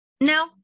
no